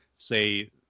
Say